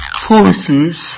choices